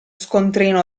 scontrino